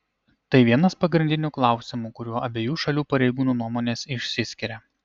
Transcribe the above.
tai vienas pagrindinių klausimų kuriuo abiejų šalių pareigūnų nuomonės išsiskiria